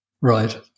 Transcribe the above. Right